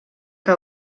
que